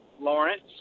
Lawrence